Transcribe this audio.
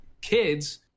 kids